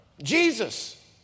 Jesus